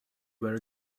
were